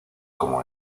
como